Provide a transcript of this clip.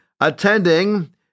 attending